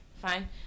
fine